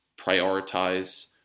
prioritize